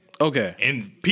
Okay